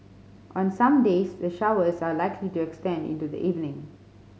on some days the showers are likely to extend into the evening